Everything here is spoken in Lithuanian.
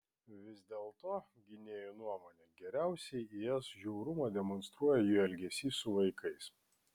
vis dėlto gynėjų nuomone geriausiai is žiaurumą demonstruoja jų elgesys su vaikais